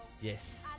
Yes